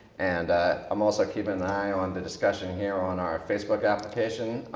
and i'm also keeping an eye on the discussion here on our facebook application.